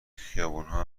خیابونها